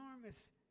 enormous